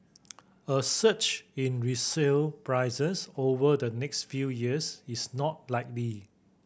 a surge in resale prices over the next few years is not likely